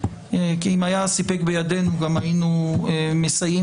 כי אם היה סיפק בידינו גם היינו מסייעים